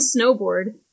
snowboard